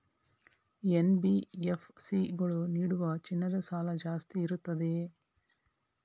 NBFC ಗಳು ನೀಡುವ ಚಿನ್ನದ ಸಾಲ ಜಾಸ್ತಿ ಇರುತ್ತದೆಯೇ?